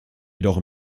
jedoch